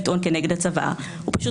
ברור שיש מקרים אחרים, ולכן